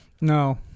No